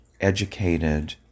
educated